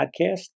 podcast